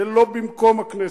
זה לא במקום הכנסת.